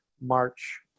March